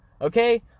Okay